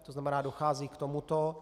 To znamená, dochází k tomuto.